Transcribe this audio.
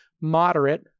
moderate